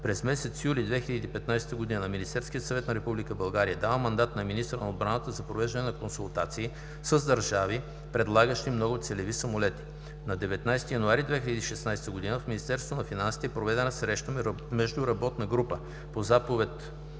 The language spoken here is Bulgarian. През месец юли 2015 г. Министерският съвет на Република България дава мандат на министъра на отбраната за провеждане на консултации с държави, предлагащи многоцелеви самолети. На 19 януари 2016 г. в Министерство на финансите е проведена среща между работна група по заповед,